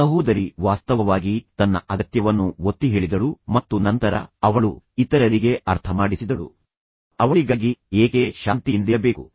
ಸಹೋದರಿ ವಾಸ್ತವವಾಗಿ ತನ್ನ ಅಗತ್ಯವನ್ನು ಒತ್ತಿಹೇಳಿದಳು ಮತ್ತು ನಂತರ ಅವಳು ಇತರರಿಗೆ ಅರ್ಥಮಾಡಿಸಿದಳು ಅವರುಗಳು ಅವಳಿಗಾಗಿ ಏಕೆ ಶಾಂತಿಯನ್ನು ಕಾಪಾಡಿಕೊಳ್ಳಬೇಕು